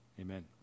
Amen